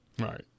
right